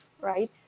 right